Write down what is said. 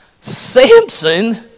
Samson